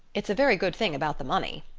it's a very good thing about the money,